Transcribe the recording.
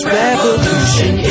revolution